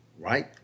Right